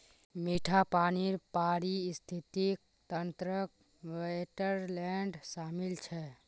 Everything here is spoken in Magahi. मीठा पानीर पारिस्थितिक तंत्रत वेट्लैन्ड शामिल छ